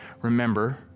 remember